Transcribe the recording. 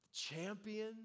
Champion